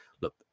look